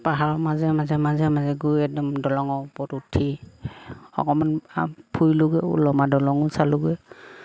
পাহাৰৰ মাজে মাজে মাজে মাজে গৈ একদম দলঙৰ ওপৰত উঠি অকমান আৰু ফুৰিলোঁগৈয়ো ওলমা দলঙো চালোঁগৈ